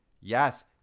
Yes